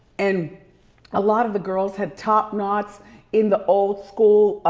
and a lot of the girls had top knots in the old school,